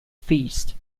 feast